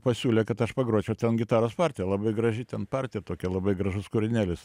pasiūlė kad aš pagročiau ten gitaros partiją labai graži ten partija tokia labai gražus kūrinėlis